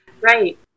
Right